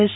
S